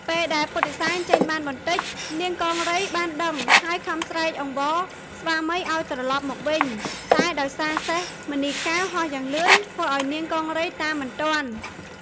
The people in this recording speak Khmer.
ពេលដែលពុទ្ធិសែនចេញបានបន្តិច នាងកង្រីបានដឹងហើយខំស្រែកអង្វរស្វាមីឲ្យត្រឡប់មកវិញ តែដោយសារសេះមណីកែវហោះយ៉ាងលឿនធ្វើឲ្យនាងកង្រីតាមមិនទាន់។